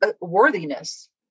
worthiness